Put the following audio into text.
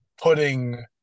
putting